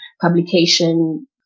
publication